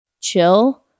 chill